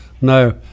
No